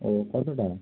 ও কতোটা